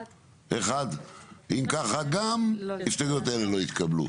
הצבעה בעד 1 נגד 3 נמנעים 1 ההסתייגויות לא התקבלו.